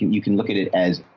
you can look at it as.